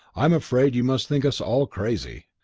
i'm afraid you must think us all crazy.